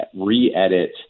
re-edit